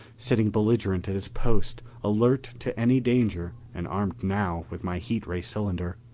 sitting belligerent at his post, alert to any danger and armed now with my heat-ray cylinder.